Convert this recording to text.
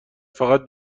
فقط